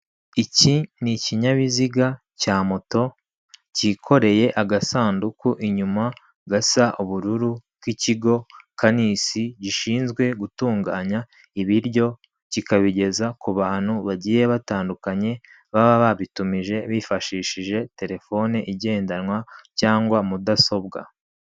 Iki ni ikinyabiziga cya moto cyikoreye agasanduku inyuma gasa ubururu k'ikigo Kanisi gishinzwe gutunganya ibiryo, kikabigeza ku bantu bagiye batandukanye baba babitumije bifashishije telefone igendanwa cyangwa mudasobwa.